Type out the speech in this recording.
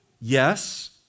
Yes